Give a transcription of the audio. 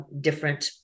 Different